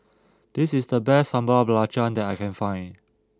this is the best Sambal Belacan that I can find